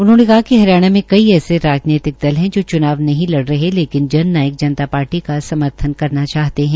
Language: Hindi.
उन्होंने कहा कि हरियाणा में कई ऐसे राजनीतिक दल है जो च्नाव नहीं लड़ रहे लेकिन जन नायक जनता पार्टी का समर्थन करना चाहते है